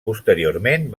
posteriorment